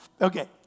Okay